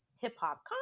hip-hop